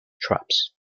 traps